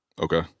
Okay